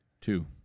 two